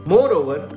Moreover